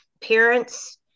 Parents